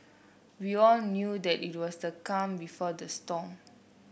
we all knew that it was the calm before the storm